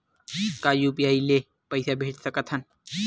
का यू.पी.आई ले पईसा भेज सकत हन?